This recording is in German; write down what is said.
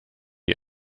die